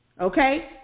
okay